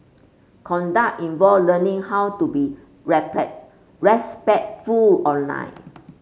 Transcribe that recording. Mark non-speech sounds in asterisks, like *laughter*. conduct involve learning how to be *unintelligible* respectful online